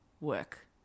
work